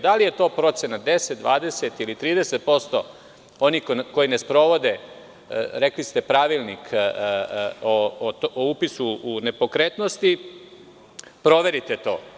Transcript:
Da li je to procena 10%, 20% ili 30% onih koji ne sprovode Pravilnik o upisu nepokretnosti, proverite to.